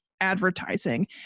advertising